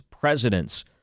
presidents